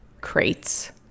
crates